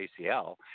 ACL